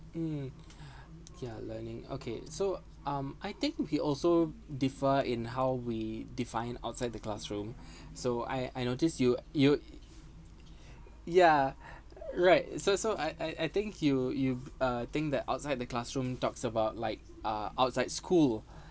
mm yeah learning okay so um I think we also differ in how we define outside the classroom so I I notice you you yeah right so so I I think you you uh think that outside the classroom talks about like uh outside school